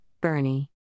Bernie